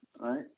right